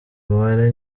umubare